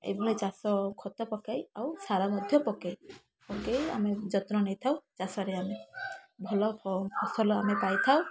ଏଭଳି ଚାଷ ଖତପକାଇ ଆଉ ସାର ମଧ୍ୟ ପକାଇ ପକାଇ ଆମେ ଯତ୍ନ ନେଇଥାଉ ଚାଷରେ ଆମେ ଭଲ ଫ ଫସଲ ଆମେ ପାଇଥାଉ